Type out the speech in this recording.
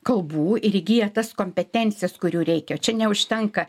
kalbų ir įgyja tas kompetencijas kurių reikia čia neužtenka